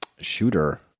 Shooter